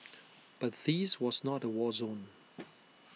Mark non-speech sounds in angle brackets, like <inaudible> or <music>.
<noise> but this was not A war zone <noise>